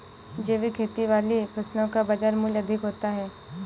जैविक खेती वाली फसलों का बाज़ार मूल्य अधिक होता है